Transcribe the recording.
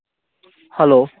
hello